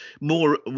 more